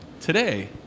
today